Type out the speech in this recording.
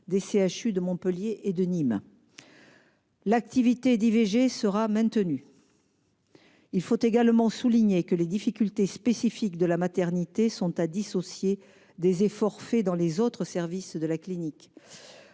(CHU) de Montpellier et de Nîmes. L'activité d'IVG sera maintenue. Il faut également souligner que les difficultés spécifiques de la maternité sont à dissocier des efforts faits dans les autres services de la clinique.